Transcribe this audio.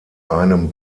einem